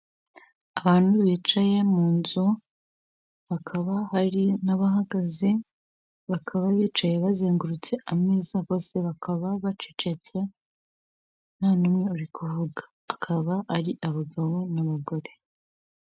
Abantu bicaye mu nzu habakaba hari n'abahagaze, bakaba bicaye bazengurutse ameza bose, bakaba bacecetse nta n'umwe uri kuvuga, akaba ari abagabo n'abagore.